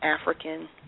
African